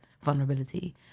vulnerability